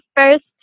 first